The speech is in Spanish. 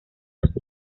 los